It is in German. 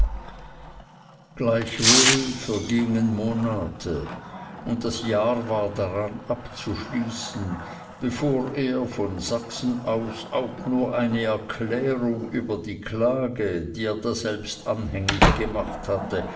gleichwohl vergingen monate und das jahr war daran abzuschließen bevor er von sachsen aus auch nur eine erklärung über die klage die er daselbst anhängig gemacht hatte